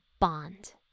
bond